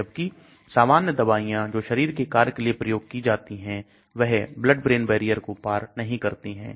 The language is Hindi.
जबकि सामान्य दवाइयां जो शरीर के कार्य के लिए प्रयोग की जाती हैं वह Blood brain barrier को पार नहीं करती हैं